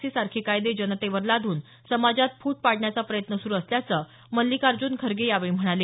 C सारखे कायदे जनतेवर लाद्न समाजात फूट पाडण्याचा प्रयत्न सुरू असल्याचं मल्लिकार्ज्न खरगे यावेळी म्हणाले